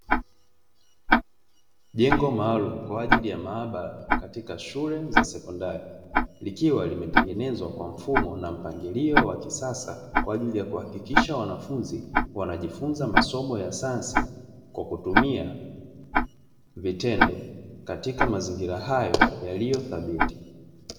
Jengo maalum kwa ajili ya maabara katika shule za sekondari, likiwa limetengenezwa kwa mfumo na mpangilio wa kisasa kwa ajili ya kuhakikisha wanafunzi, wanajifunza masomo ya sayansi kwa kutumia vitendo katika mazingira hayo yaliyo thabiti.